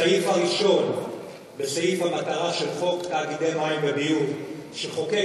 הסעיף הראשון בסעיף המטרה של חוק תאגידי מים וביוב שחוקק